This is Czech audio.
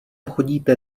chodíte